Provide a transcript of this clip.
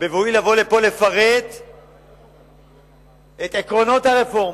בבואי לפה לפרט את עקרונות הרפורמה.